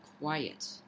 quiet